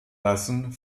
lassen